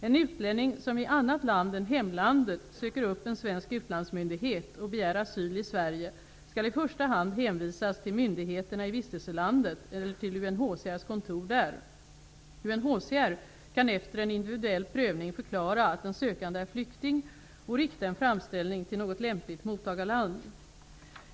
En utlänning som i annat land än hemlandet söker upp en svensk utlandsmyndighet och begär asyl i Sverige skall i första hand hänvisas till myndigheterna i vistelselandet eller till UNHCR:s kontor där. UNHCR kan efter en individuell prövning förklara att den sökande är flykting och rikta en framställning till något lämpligt mottagarland.